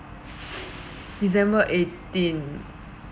december eighteen